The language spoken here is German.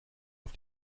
auf